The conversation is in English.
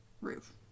roof